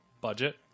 budget